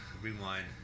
rewind